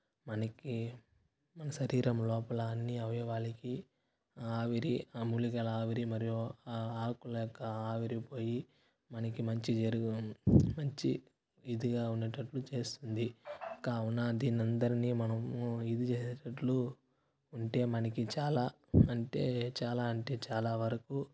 మనకి మన శరీరంలోపల అన్ని అవయవాలకి ఆవిరి ఆ మూలికల ఆవిరి మరియు ఆ ఆకుల యొక్క ఆవిరిపోయి మనకి మంచి జరుగును మంచి ఇదిగా ఉండేడట్లు చేస్తుంది కావున దీనందరిని మనము ఇది చేసేటట్లు ఉంటే మనకి చాలా అంటే చాలా అంటే చాలా వరకు